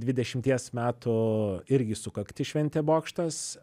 dvidešimties metų irgi sukaktį šventė bokštas